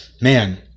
Man